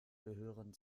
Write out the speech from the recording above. gehören